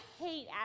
hate